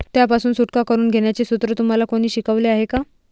त्यापासून सुटका करून घेण्याचे सूत्र तुम्हाला कोणी शिकवले आहे का?